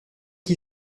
qui